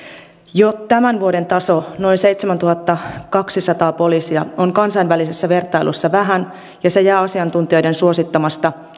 jo tämän vuoden taso noin seitsemäntuhattakaksisataa poliisia on kansainvälisessä vertailussa vähän ja se jää asiantuntijoiden suosittamasta